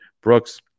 brooks